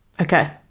Okay